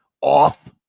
off